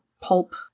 pulp